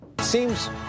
seems